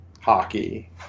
hockey